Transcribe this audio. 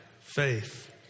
faith